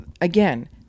again